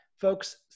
folks